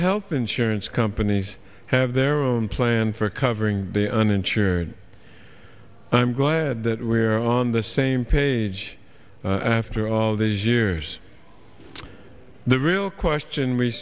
health insurance companies have their own plan for covering the uninsured and i'm glad that we are on the same page after all these years the real question we